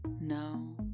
No